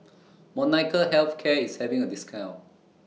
Molnylcke Health Care IS having A discount